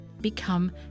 become